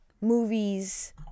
movies